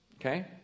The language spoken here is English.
Okay